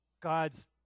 God's